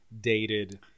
dated